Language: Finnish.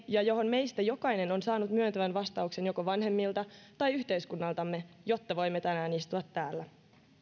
ja johon meistä jokainen on saanut myöntävän vastauksen joko vanhemmiltaan tai yhteiskunnaltamme jotta voimme tänään istua täällä